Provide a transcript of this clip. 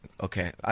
Okay